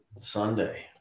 Sunday